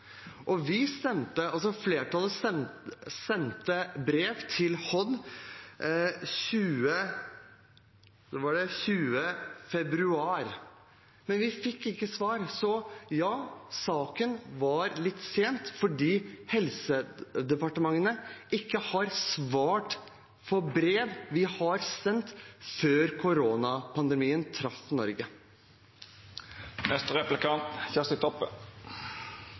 Flertallet sendte brev til Helse- og omsorgsdepartementet den 20. februar, men vi fikk ikke svar. Så ja, saken kom litt sent, fordi Helse- og omsorgsdepartementet ikke har svart på et brev vi sendte før koronapandemien traff